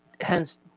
Hence